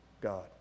God